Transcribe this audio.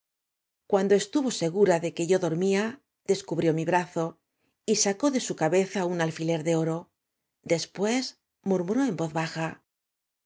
cuando estuvo segura de que yo dormía descubrió mi brazo y sacó de su cabeza un alfiler de oro después murmuró en voz baja